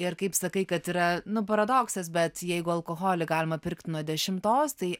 ir kaip sakai kad yra nu paradoksas bet jeigu alkoholį galima pirkt nuo dešimtos tai